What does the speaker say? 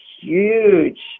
huge